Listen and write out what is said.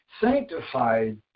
sanctified